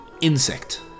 Insect